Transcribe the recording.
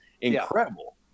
incredible